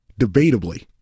debatably